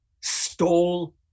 stole